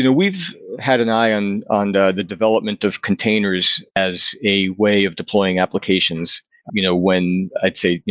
you know we've had an eye on ah and the development of containers as a way of deploying applications you know when, i'd say,